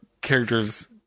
characters